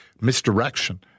misdirection